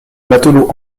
matelots